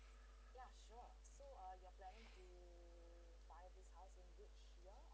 k